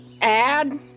add